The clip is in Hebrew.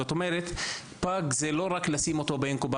זאת אומרת: פג זה לא רק לשים אותו באינקובטור,